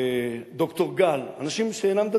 וד"ר גל, אנשים שאינם דתיים,